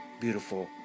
beautiful